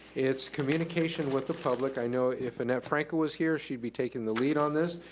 it's communication with the public. i know if annette franco was here, she'd be taking the lead on this,